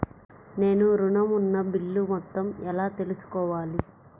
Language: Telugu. నేను ఋణం ఉన్న బిల్లు మొత్తం ఎలా తెలుసుకోవాలి?